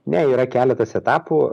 ne yra keletas etapų